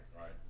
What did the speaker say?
Right